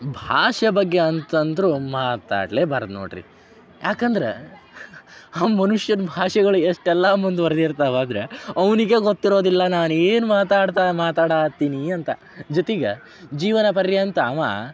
ಭಾಷೆ ಬಗ್ಗೆ ಅಂತಂದ್ರೂ ಮಾತಾಡ್ಲೇಬಾರ್ದು ನೋಡಿರಿ ಯಾಕಂದ್ರೆ ಆ ಮನುಷ್ಯನ ಭಾಷೆಗಳು ಎಷ್ಟೆಲ್ಲ ಮುಂದ್ವರ್ದಿರ್ತವೆ ಅಂದರೆ ಅವ್ನಿಗೇ ಗೊತ್ತಿರೋದಿಲ್ಲ ನಾನು ಏನು ಮಾತಾಡ್ತಾ ಮಾತಾಡ ಹತ್ತೀನಿ ಅಂತ ಜೊತೆಗೆ ಜೀವನ ಪರ್ಯಂತ ಅವ